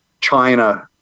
China